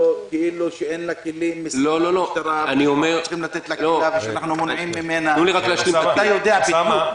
שאין למשטרה כלים ושאנחנו מונעים ממנה --- תנו לי רק להשלים את הטיעון.